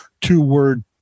two-word